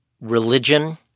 religion